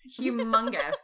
humongous